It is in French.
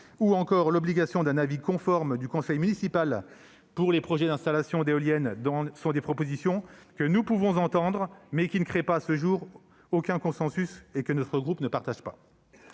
ou encore l'obligation d'un avis conforme du conseil municipal pour les projets d'installation d'éoliennes sont des propositions que nous pouvons entendre, mais qui ne créent à ce jour aucun consensus et que notre groupe ne partage pas.